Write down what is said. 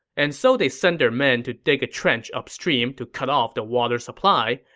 and so they sent their men to dig a trench upstream to cut off the water supply,